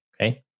Okay